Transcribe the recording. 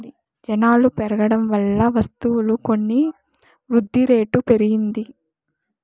జనాలు పెరగడం వల్ల వస్తువులు కొని వృద్ధిరేటు పెరిగింది